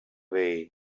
way